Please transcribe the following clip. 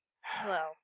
Hello